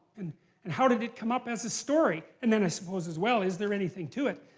and and how did it come up as a story? and then, i suppose, as well, is there anything to it?